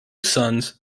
sons